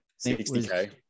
60k